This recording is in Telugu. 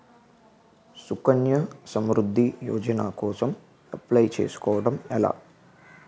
సుకన్య సమృద్ధి యోజన కోసం అప్లయ్ చేసుకోవడం ఎలా?